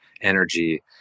energy